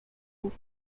and